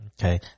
Okay